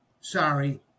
sorry